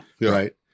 Right